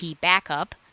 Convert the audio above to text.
backup